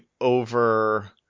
over